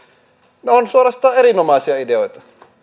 ne ovat suorastaan erinomaisia ideoita